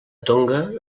tonga